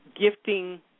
gifting